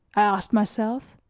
i asked myself.